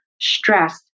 stress